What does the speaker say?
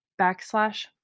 backslash